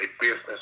business